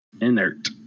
Inert